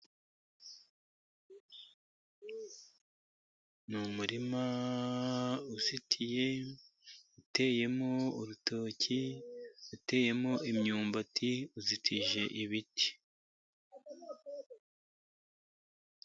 Ni umurima uzitiye. Uteyemo urutoki. Uteyemo imyumbati. Uzitije ibiti.